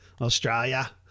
Australia